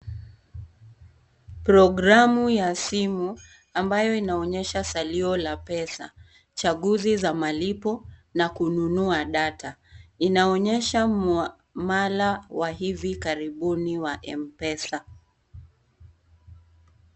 Programu ya simu ambayo inaonyesha salio la pesa, chaguzi za malipo na kununua data , inaonyesha mwala wa karibuni mwa Mpesa.